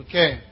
Okay